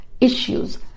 issues